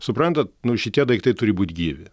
suprantat nu šitie daiktai turi būti gyvi